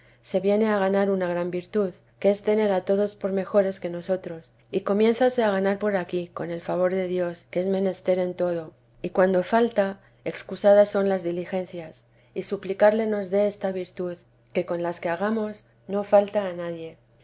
se viene a ganar una gran virtud que es tener a todos por mejores que nosotros y comiénzase a ganar por aquí con el favor de dios que es menester en todo y cuando falta excusadas teresa de jesús son las diligencias y suplicarle nos dé esta virtud que con las que hagamos no falta a nadie